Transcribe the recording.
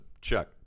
Check